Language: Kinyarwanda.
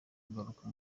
kugaruka